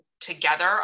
together